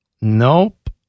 Nope